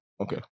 Okay